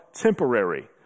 temporary